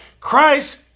Christ